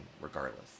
regardless